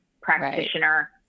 practitioner